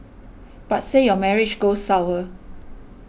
but say your marriage goes sour